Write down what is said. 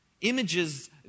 Images